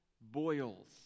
boils